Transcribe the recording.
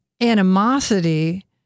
animosity